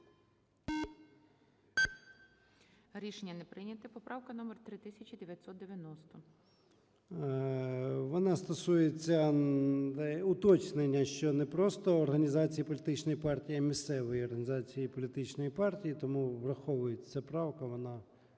Рішення не прийнято. Поправка номер 3990. 13:37:19 ЧЕРНЕНКО О.М. Вона стосується уточнення, що не просто організації політичної партії, а місцевої організації політичної партії. Тому враховується ця правка, вона